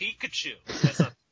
Pikachu